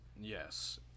Yes